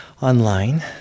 online